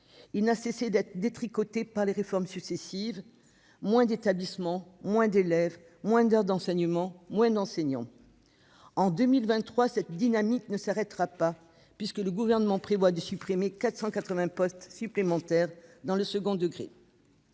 Elle n'a cessé d'être détricotée par les réformes successives : moins d'établissements, moins d'élèves, moins d'heures d'enseignements, moins d'enseignants. En 2023, cette dynamique ne s'arrêtera pas, puisque le Gouvernement prévoit de supprimer 480 postes supplémentaires dans le second degré.